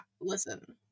listen